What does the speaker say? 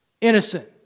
Innocent